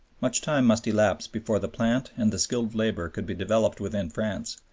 much time must elapse before the plant and the skilled labor could be developed within france,